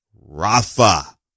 rafa